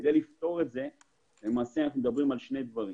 כדי לפתור את זה אנחנו מדברים על שני דברים: